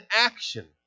action